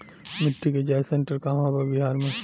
मिटी के जाच सेन्टर कहवा बा बिहार में?